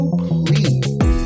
please